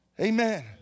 Amen